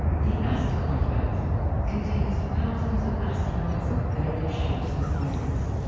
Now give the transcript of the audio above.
the asteroid belt contains thousands of asteroids of various shapes and sizes.